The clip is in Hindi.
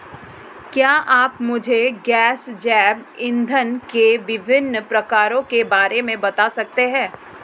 क्या आप मुझे गैसीय जैव इंधन के विभिन्न प्रकारों के बारे में बता सकते हैं?